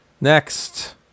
Next